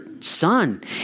son